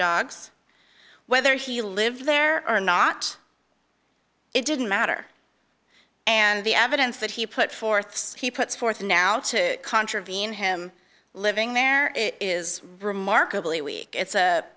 dogs whether he lived there or not it didn't matter and the evidence that he put forth he puts forth now to contravene him living there is remarkably weak it's a